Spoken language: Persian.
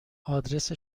آدرس